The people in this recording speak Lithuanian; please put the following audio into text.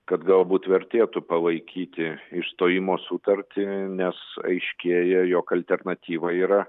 kad galbūt vertėtų palaikyti išstojimo sutartį nes aiškėja jog alternatyva yra